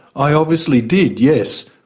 i obviously did, yes.